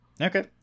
Okay